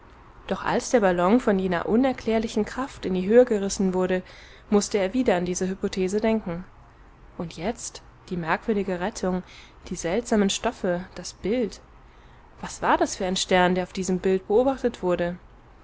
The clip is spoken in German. doch als der ballon von jener unerklärlichen kraft in die höhe gerissen wurde mußte er wieder an diese hypothese denken und jetzt die merkwürdige rettung die seltsamen stoffe das bild was war das für ein stern der auf diesem bild beobachtet wurde